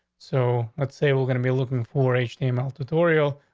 so let's say we're gonna be looking for a a male tutorial,